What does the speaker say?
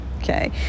Okay